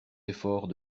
efforts